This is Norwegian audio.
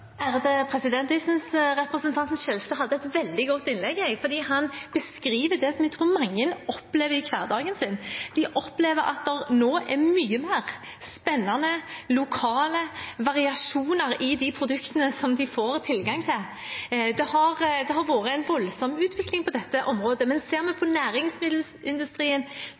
Jeg synes representanten Skjelstad hadde et veldig godt innlegg, for han beskrev det som jeg tror mange opplever i hverdagen sin. De opplever at det nå er mange flere spennende lokale variasjoner i de produktene de får tilgang til. Det har vært en voldsom utvikling på dette området. Vi ser at for næringsmiddelindustrien